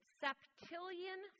septillion